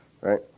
Right